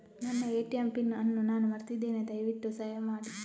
ನನ್ನ ATM pin ಅನ್ನು ನಾನು ಮರ್ತಿದ್ಧೇನೆ, ದಯವಿಟ್ಟು ಸಹಾಯ ಮಾಡಿ